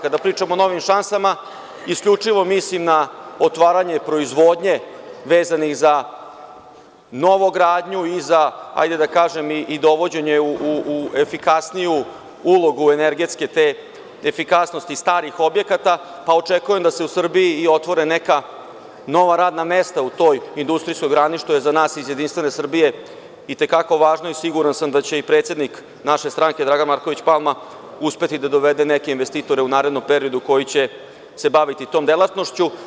Kada pričamo o novim šansama, isključivo mislim na otvaranje proizvodnje vezano za novogradnju i za, hajde da kažem, dovođenje u efikasniju ulogu energetske te efikasnosti starih objekata, pa očekujem da se u Srbiji i otvore neka nova radna mesta u toj industrijskoj grani, što je za nas iz JS i te kako važno i siguran sam da će i predsednik naše stranke Dragan Marković Palma uspeti da dovede neke investitore u narednom periodu koji će se baviti tom delatnošću.